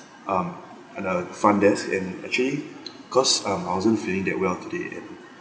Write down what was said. um on uh front desk and actually cause um I wasn't feeling that well today and